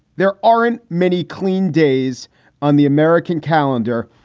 there aren't many clean days on the american calendar.